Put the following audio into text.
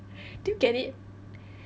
do you get it